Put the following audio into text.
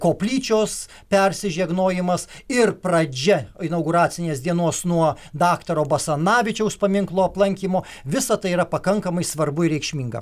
koplyčios persižegnojimas ir pradžia inauguracinės dienos nuo daktaro basanavičiaus paminklo aplankymo visa tai yra pakankamai svarbu ir reikšminga